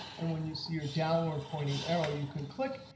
and when you see your downward pointing arrow you can click,